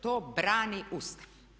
To brani Ustav.